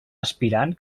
aspirant